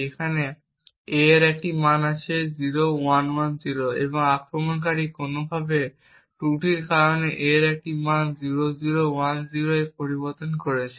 যেখানে a এর মান আছে 0110 এবং আক্রমণকারী কোনোভাবে ত্রুটির কারণে a এর মান 0010 এ পরিবর্তন করেছে